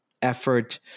Effort